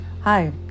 Hi